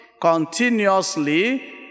continuously